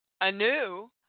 anew